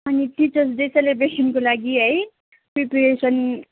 अनि teachers day सेलिब्रेसनको लागि है प्रिपरेसन